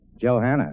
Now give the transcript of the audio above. Johanna